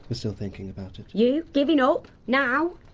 still thinking about it. you? giving up? now,